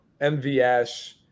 MVS